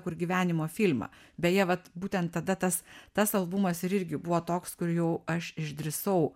kur gyvenimo filmą beje vat būtent tada tas tas albumas ir irgi buvo toks kur jau aš išdrįsau